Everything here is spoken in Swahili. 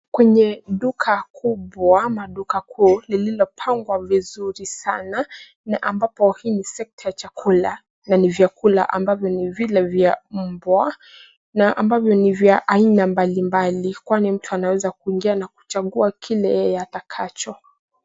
Kwenye duka kubwa, maduka kuu lililopangwa vizuri sana na ambapo hii ni sekta ya chakula na ni vyakula ambavyo ni vile vya mbwa na ambavyo ni vya aina mbalimbali kwani mtu anaweza kuingia na kuchagua kile atakacho.